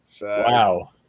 Wow